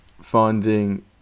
finding